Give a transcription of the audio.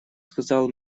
сказал